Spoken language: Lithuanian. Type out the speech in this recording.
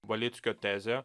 valickio tezė